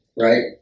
Right